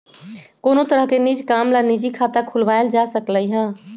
कोनो तरह के निज काम ला निजी खाता खुलवाएल जा सकलई ह